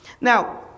Now